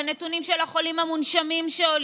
לנתונים של החולים המונשמים שעולים,